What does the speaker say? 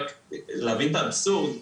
רק להבין את האבסורד,